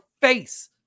face